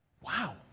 Wow